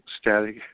static